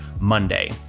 Monday